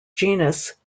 genus